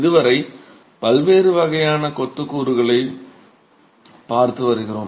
இதுவரை பல்வேறு வகையான கொத்து கூறுகளைப் பார்த்து வருகிறோம்